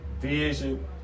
vision